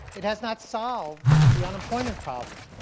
it has not solved the unemployment problem.